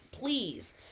please